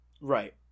Right